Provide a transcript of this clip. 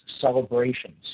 Celebrations